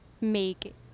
make